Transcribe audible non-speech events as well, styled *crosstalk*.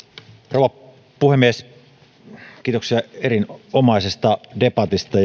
rouva puhemies kiitoksia erinomaisesta debatista *unintelligible*